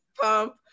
pump